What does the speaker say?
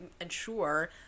ensure